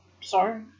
Sorry